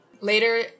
Later